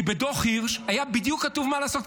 כי בדוח הירש היה בדיוק כתוב מה לעשות,